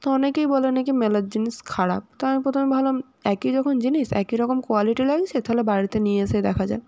তো অনেকেই বলে না কি মেলার জিনিস খারাপ তো আমি প্রথমে ভাবলাম একই যখন জিনিস একই রকম কোয়ালিটি লাগছে তাহলে বাড়িতে নিয়ে এসে দেখা যাক